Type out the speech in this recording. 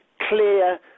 clear